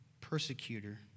persecutor